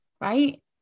Right